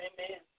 Amen